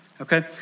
Okay